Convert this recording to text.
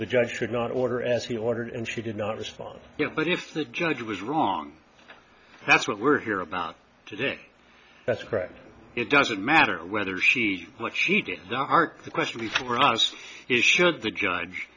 the judge did not order as he ordered and she did not respond but if the judge was wrong that's what we're here about today that's correct it doesn't matter whether she what she did the mark the question before us is should the judge